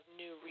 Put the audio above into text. new